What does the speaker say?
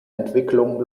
entwicklung